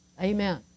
Amen